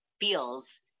feels